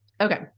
Okay